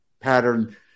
pattern –